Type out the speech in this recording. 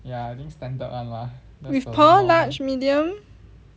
with pearl large medium